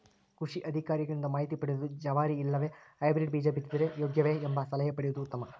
ಕೃಷಿ ಅಧಿಕಾರಿಗಳಿಂದ ಮಾಹಿತಿ ಪದೆದು ಜವಾರಿ ಇಲ್ಲವೆ ಹೈಬ್ರೇಡ್ ಬೇಜ ಬಿತ್ತಿದರೆ ಯೋಗ್ಯವೆ? ಎಂಬ ಸಲಹೆ ಪಡೆಯುವುದು ಉತ್ತಮ